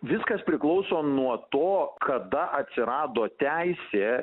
viskas priklauso nuo to kada atsirado teisė